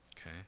Okay